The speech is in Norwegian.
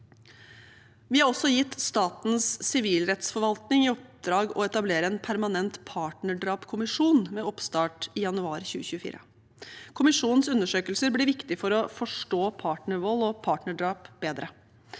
Vi har også gitt Statens sivilrettsforvaltning i oppdrag å etablere en permanent partnerdrapskommisjon med oppstart i januar 2024. Kommisjonens undersøkelser blir viktige for å forstå partnervold og partnerdrap bedre.